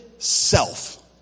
self